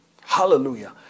Hallelujah